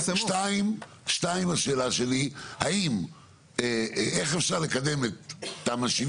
שתיים שתיים השאלה שלי האם איך אפשר לקדם את תמ"א 70